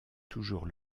toujours